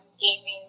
gaming